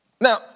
Now